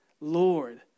Lord